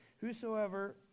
whosoever